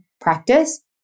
practice